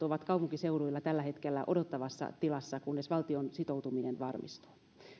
ovat kaupunkiseuduilla tällä hetkellä odottavassa tilassa kunnes valtion sitoutuminen varmistuu